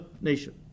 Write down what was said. nation